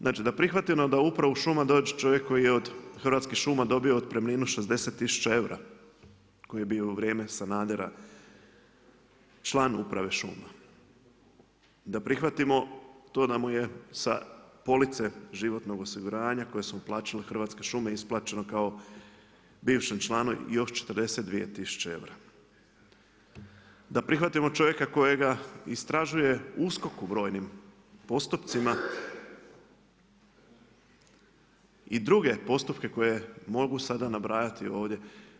Znači da prihvatimo da u upravu šuma dođe čovjek koji je od Hrvatskih šuma dobio otpremninu 60 tisuća eura koji je bio u vrijeme Sanadera član uprave šuma, da prihvatimo to da mu je sa police životnog osiguranja koje su mu plaćale Hrvatske šume isplaćeno kao bivšem članu još 42 tisuće eura, da prihvatimo čovjeka kojega istražuje USKOK u brojnim postupcima i druge postupke koje mogu sada nabrajati ovdje.